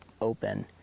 open